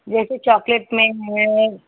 जैसे चॉकलेट में है